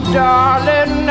darling